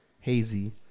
hazy